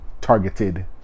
targeted